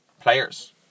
players